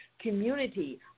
community